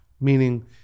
meaning